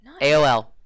Aol